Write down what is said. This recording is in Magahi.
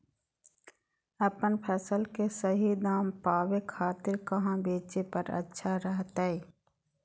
अपन फसल के सही दाम पावे खातिर कहां बेचे पर अच्छा रहतय?